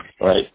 Right